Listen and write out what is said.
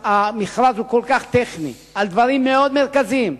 המכרז הוא כל כך טכני, על דברים מאוד מרכזיים,